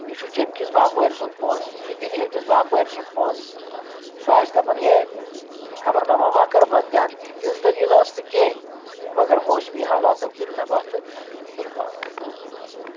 یہِ چھُ جَمۍ کِس باپٲرۍ سُنٛد پونٛسہٕ یہِ چھُ دِلہِ ہنٛدِس باپٲرۍ سُنٛد پونٛسہٕ سُہ آسہِ دپان ہے خَبَر نوٚموما کٔر بددِیانَتی تِژھ دٔلیٖل ٲس نہٕ کینٛہہ مگر موسمی حالاتو کٔر تباہ تہٕ بُرباد